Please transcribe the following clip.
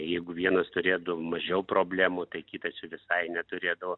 ir jeigu vienas turėdavo mažiau problemų tai kitas jų visai neturėdavo